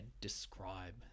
describe